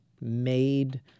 made